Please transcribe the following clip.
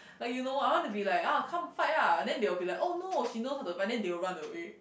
but you know what I want to be like ah come fight lah then they will be like oh no she knows how to fight then they will run away